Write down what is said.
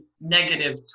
negative